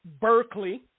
Berkeley